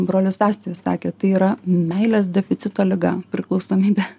brolis astijus sakė tai yra meilės deficito liga priklausomybė